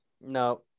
No